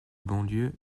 bonlieu